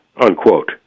unquote